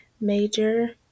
major